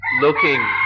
looking